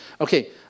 Okay